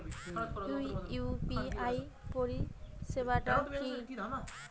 UPI পরিসেবাটা কি?